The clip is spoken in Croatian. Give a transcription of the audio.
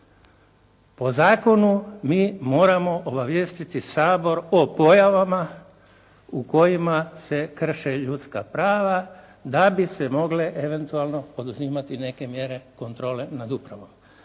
Po zakonu mi moramo obavijestiti Sabor o pojavama u kojima se krše ljudska prava da bi se mogle eventualno poduzimati neke mjere kontrole nad upravom